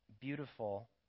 beautiful